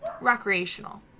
recreational